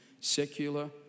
secular